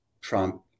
Trump